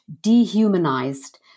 dehumanized